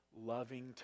loving